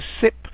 SIP